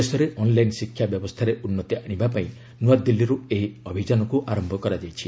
ଦେଶରେ ଅନ୍ଲାଇନ୍ ଶିକ୍ଷା ବ୍ୟବସ୍ଥାରେ ଉନ୍ନତି ଆଣିବା ପାଇଁ ନୂଆଦିଲ୍ଲୀରୁ ଏହି ଅଭିଯାନକ୍ ଆରମ୍ଭ କରାଇଛି